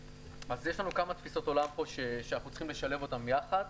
אז יש לנו כמה תפיסות עולם פה שאנחנו צריכים לשלב אותן ביחד.